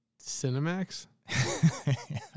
Cinemax